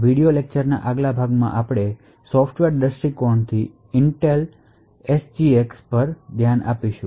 video લેક્ચરના આ ભાગમાં આપણે સોફ્ટવેર દ્રષ્ટિકોણથી ઇન્ટેલ SGX પર વધુ ધ્યાન આપીશું